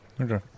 Okay